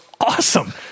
awesome